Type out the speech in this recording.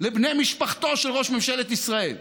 לבני משפחתו של ראש ממשלת ישראל?